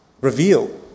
reveal